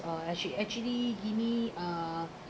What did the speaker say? uh she actually give me uh